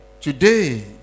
Today